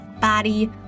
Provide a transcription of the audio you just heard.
body